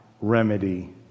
remedy